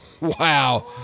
wow